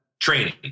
training